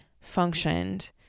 functioned